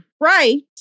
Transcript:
right